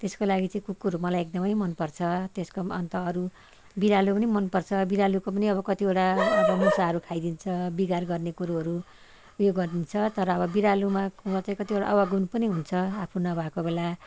त्यसको लागि चाहिँ कुकुर मलाई एकदमै मनपर्ठ त्यसको पनि अन्त अरू बिरालो पनि मनपर्छ बिरालोको पनि अब कतिवटा अब मुसाहरू खाइदिन्छ बिगार गर्ने कुरोहरू उयो गरदिन्छ तर अब बिरालोमा कतिवटा अवगुण पनि हुन्छ आफू नभएको बेला